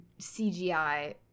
CGI